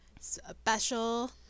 special